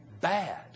Bad